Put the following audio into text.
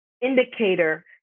indicator